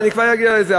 ואני כבר אגיע לזה,